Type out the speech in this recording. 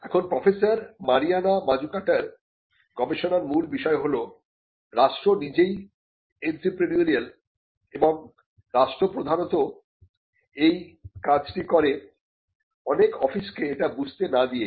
এখন professor Mariana মাজুকাটার গবেষণার মূল বিষয় হল রাষ্ট্র নিজেই এন্ত্রেপ্রেনিউরিয়াল এবং এবং রাষ্ট্র প্রধানত এই কাজটি করে অনেক অফিস কে এটা বুঝতে না দিয়েই